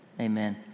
Amen